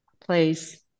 place